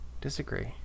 Disagree